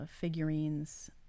figurines